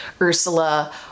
Ursula